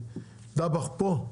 דבאח פה?